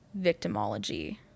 victimology